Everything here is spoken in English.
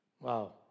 Wow